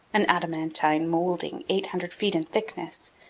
an adamantine molding eight hundred feet in thickness,